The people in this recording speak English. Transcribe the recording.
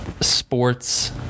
sports